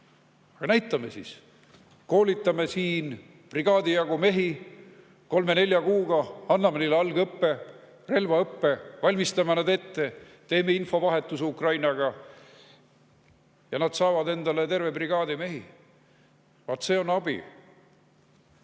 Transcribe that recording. Aga näitame siis! Koolitame siin brigaadi jagu mehi kolme‑nelja kuuga välja, anname neile algõppe, relvaõppe, valmistame nad ette, teeme infovahetuse Ukrainaga, siis saab Ukraina endale terve brigaadi mehi. Vaat see on abi.